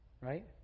right